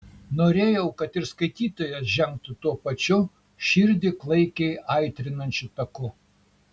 norėjau kad ir skaitytojas žengtų tuo pačiu širdį klaikiai aitrinančiu taku